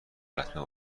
لطمه